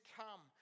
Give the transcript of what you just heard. come